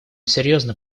серьезно